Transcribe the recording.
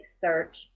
search